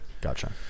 Gotcha